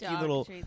little